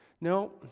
No